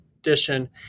edition